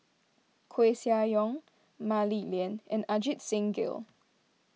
Koeh Sia Yong Mah Li Lian and Ajit Singh Gill